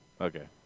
Okay